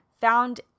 found